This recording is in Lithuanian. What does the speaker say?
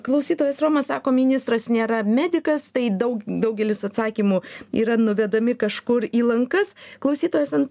klausytojas romas sako ministras nėra medikas tai daug daugelis atsakymų yra nuvedami kažkur į lankas klausytojas ten